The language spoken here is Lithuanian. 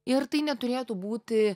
ir tai neturėtų būti